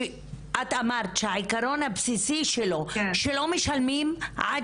שאת אמרת שהעיקרון הבסיסי שלו הוא שלא משלמים עד